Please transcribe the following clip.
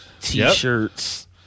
t-shirts